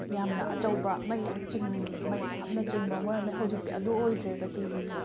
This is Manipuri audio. ꯌꯥꯝꯅ ꯑꯆꯧꯕ ꯃꯩ ꯆꯤꯡ ꯃꯩ ꯌꯥꯝꯅ ꯆꯤꯡꯕ ꯑꯃ ꯑꯣꯏꯔꯝꯃꯦ ꯍꯧꯖꯤꯛꯇꯤ ꯑꯗꯣ ꯑꯣꯏꯗ꯭ꯔꯦꯕ ꯇꯤꯕꯤꯖꯦ